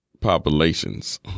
populations